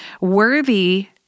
worthy